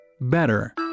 better